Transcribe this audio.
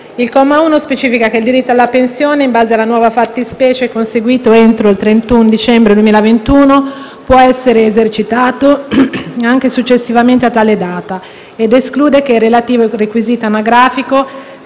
II comma 1 specifica che il diritto alla pensione in base alla nuova fattispecie, conseguito entro il 31 dicembre 2021, può essere esercitato anche successivamente a tale data ed esclude che il relativo requisito anagrafico